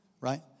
Right